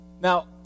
Now